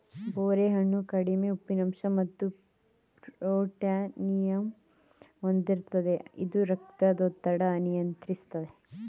ಬೋರೆ ಹಣ್ಣು ಕಡಿಮೆ ಉಪ್ಪಿನಂಶ ಮತ್ತು ಪೊಟ್ಯಾಸಿಯಮ್ ಹೊಂದಿರ್ತದೆ ಇದು ರಕ್ತದೊತ್ತಡ ನಿಯಂತ್ರಿಸ್ತದೆ